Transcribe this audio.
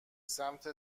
سمت